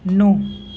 नौ